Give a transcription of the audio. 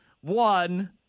one